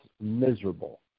miserable